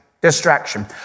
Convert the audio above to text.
Distraction